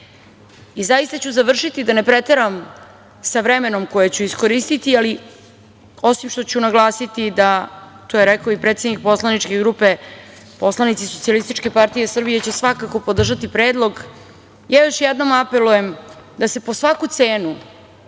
vodu. Zaista ću završiti da ne pretera sa vremenom koje ću iskoristiti, ali osim što ću naglasiti da, a to je rekao i predsednik poslaničke grupe, poslanici SPS će svakako podržati predlog. Još jednom apelujem da se po svaku cenu